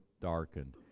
darkened